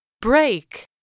Break